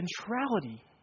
centrality